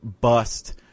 bust